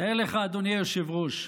תאר לך, אדוני היושב-ראש,